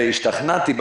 והשתכנעתי,